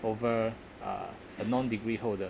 over uh a non-degree holder